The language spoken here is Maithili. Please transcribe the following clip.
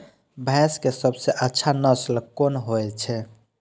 भैंस के सबसे अच्छा नस्ल कोन होय छे?